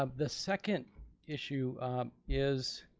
um the second issue is,